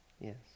Yes